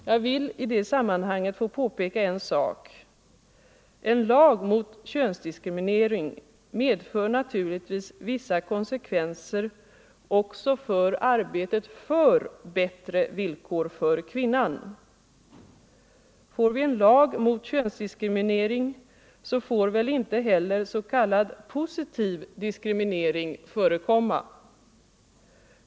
Jag vill i det sammanhanget få påpeka en sak. En lag mot könsdiskriminering medför naturligtvis vissa konsekvenser också vad gäller arbetet för bättre villkor för kvinnan. Har vi en lag mot könsdiskriminering får väl inte heller s.k. positiv diskriminering förekomma.